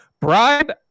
bribe